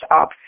up